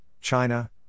China